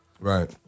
Right